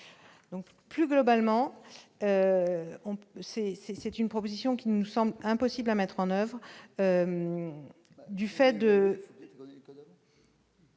on peut c'est c'est c'est une proposition qui nous semble impossible à mettre en oeuvre,